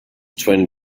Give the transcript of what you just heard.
twin